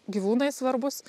gyvūnai svarbūs